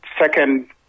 second